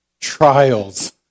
trials